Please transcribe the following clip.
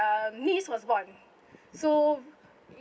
um niece was born so